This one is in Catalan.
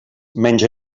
menys